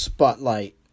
Spotlight